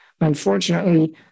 Unfortunately